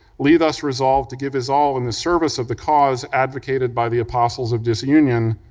lee thus resolved to give his all in the service of the cause advocated by the apostles of disunion,